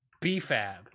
B-Fab